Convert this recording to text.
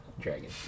Dragon